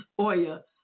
Oya